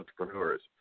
entrepreneurs